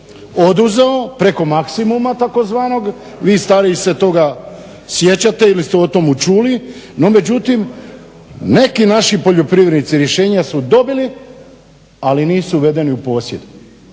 oduzeo preko maksimuma takozvanog. Vi stariji se toga sjećate ili ste o tomu čuli. No međutim, neki naši poljoprivrednici rješenja su dobili, ali nisu uvedeni u posjed.